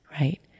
right